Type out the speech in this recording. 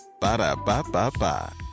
Ba-da-ba-ba-ba